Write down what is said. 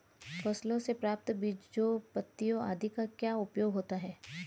फसलों से प्राप्त बीजों पत्तियों आदि का क्या उपयोग होता है?